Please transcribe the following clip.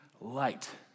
light